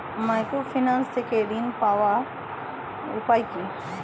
Microfinance থেকে ঋণ পাওয়ার উপায় কি?